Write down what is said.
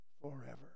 forever